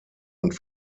und